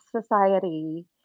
society